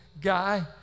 guy